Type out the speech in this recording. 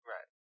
Right